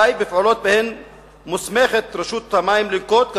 די בפעולות שרשות המים מוסמכת לנקוט,